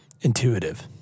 Intuitive